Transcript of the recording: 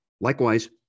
Likewise